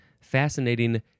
Fascinating